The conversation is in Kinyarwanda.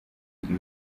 ibi